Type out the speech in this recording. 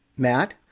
Matt